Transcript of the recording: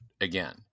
again